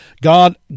God